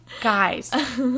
Guys